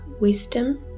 wisdom